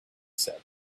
said